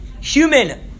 human